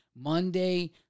Monday